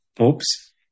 Oops